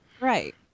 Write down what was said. Right